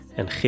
en